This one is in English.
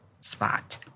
spot